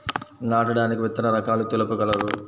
నాటడానికి విత్తన రకాలు తెలుపగలరు?